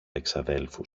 εξαδέλφου